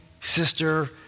sister